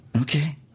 Okay